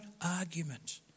argument